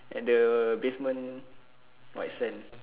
at the basement white sands